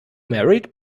married